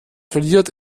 verliert